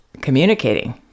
communicating